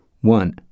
One